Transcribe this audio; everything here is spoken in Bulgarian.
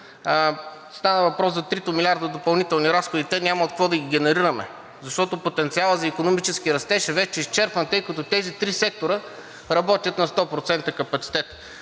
стана въпрос за 3-те милиарда допълнителни разходи. Тях няма от какво да ги генерираме, защото потенциалът за икономически растеж е вече изчерпан, тъй като тези 3 сектора работят при 100% капацитет.